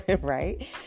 right